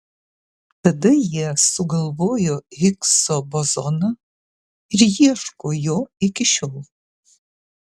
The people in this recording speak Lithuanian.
tada jie sugalvojo higso bozoną ir ieško jo iki šiol